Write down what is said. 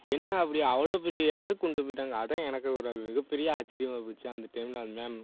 என்னை அப்படி அவ்வளோ பெரிய இடத்துக்கு கொண்டு போய்விட்டாங்க அதுதான் எனக்கு ஒரு மிகப் பெரிய ஆச்சிர்யமா போச்சு அந்த டைமில் அந்த மேம்